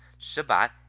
Shabbat